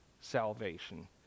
salvation